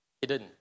hidden